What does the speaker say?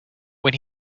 when